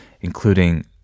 including